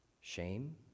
shame